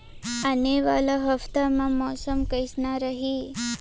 आने वाला हफ्ता मा मौसम कइसना रही?